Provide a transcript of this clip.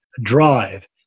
drive